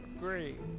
Great